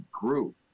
group